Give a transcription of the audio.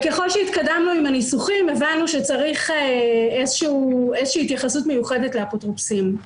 ככל שהתקדמנו עם הניסוחים הבנו שצריך התייחסות מיוחדת לאפוטרופוסים.